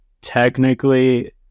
technically